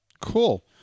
Cool